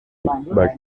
but